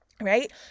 right